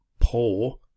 poor